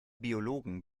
biologen